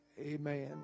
Amen